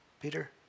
Peter